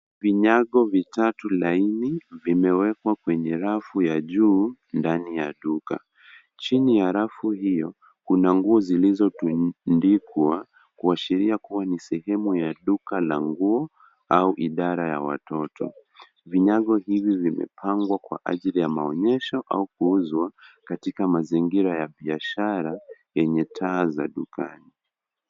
vinyago vitatu laini vimewekwa kwenye rafu ya juu ndani ya duka, chini ya rafu hio kuna nguo zilizotundikwa kuashiria kuwa ni sehemu ya duka la nguo au idara ya watoto. vinyago hivi vimepangwa kwa ajili ya maonyesho au kuuzwa katika mazingira ya biashara yenye taa za dukani.